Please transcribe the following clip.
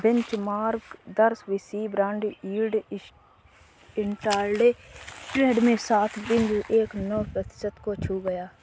benchmark दस वर्षीय bond yield intraday trade में सात बिंदु एक नौ प्रतिशत को छू गया